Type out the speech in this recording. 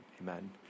Amen